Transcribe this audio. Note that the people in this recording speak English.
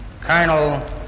Colonel